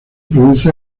produce